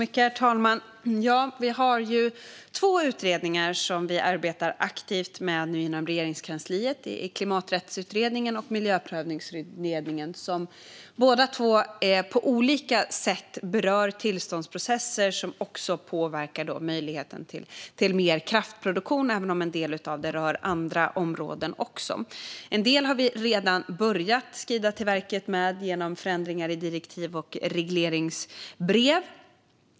Herr talman! Vi har två utredningar som vi arbetar aktivt med nu inom Regeringskansliet. Det är Klimaträttsutredningen och Miljöprövningsutredningen, som båda på olika sätt berör tillståndsprocesser som påverkar möjligheten till mer kraftproduktion, även om en del av dem rör andra områden också. En del har vi redan börjat skrida till verket med genom förändringar i direktiv och regleringsbrev.